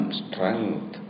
strength